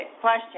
question